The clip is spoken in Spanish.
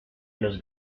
los